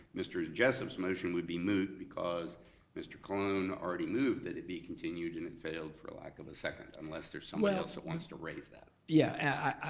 mr. jessup's motion would be moot because mr. colon already moved that it be continued, and it failed for lack of a second, unless there's somebody else that wants to raise that. yeah,